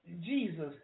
Jesus